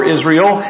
Israel